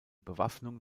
bewaffnung